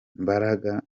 mbaraga